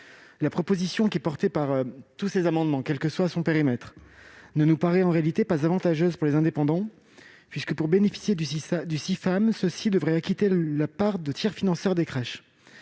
La proposition qui est portée par tous ces amendements, quel que soit leur périmètre, ne nous paraît en réalité pas avantageuse pour les indépendants, puisque, pour bénéficier du Cifam, ceux-ci devraient acquitter la part de tiers financeur des crèches.